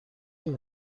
این